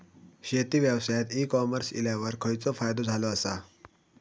शेती व्यवसायात e commerce इल्यावर खयचो फायदो झालो आसा?